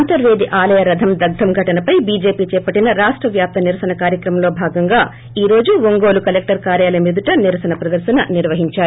అంతరేఁది ఆల్టియ రథం దగ్గం ఘటన పై బీజేపీ చేపట్లిన రాష్ట్వ్యాప్త నిరసన కార్యక్రమంలో భాగంగా ఈ రోజు ఒదిగోలు కలెక్టర్ కార్యాలయ్టం వ్యది నిరసన ప్రదర్శన నిర్వహించారు